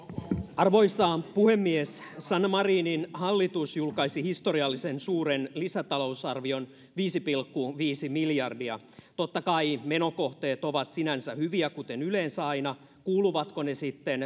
arvoisa puhemies sanna marinin hallitus julkaisi historiallisen suuren lisätalousarvion viisi pilkku viisi miljardia totta kai menokohteet ovat sinänsä hyviä kuten yleensä aina kuuluvatko ne sitten